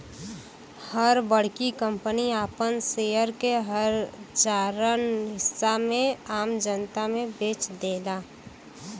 हर बड़की कंपनी आपन शेयर के हजारन हिस्सा में आम जनता मे बेच देला